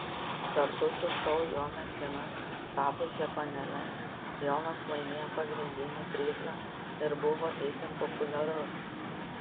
kartu su šou jo mergina tapusia panele jonas laimėjo pagrindinį prizą ir buvo itin populiarus